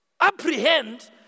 apprehend